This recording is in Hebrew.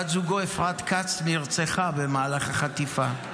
בת זוגו, אפרת כץ, נרצחה במהלך החטיפה.